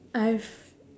I have